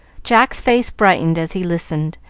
jack's face brightened as he listened,